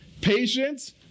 patience